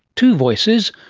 two voices,